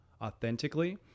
authentically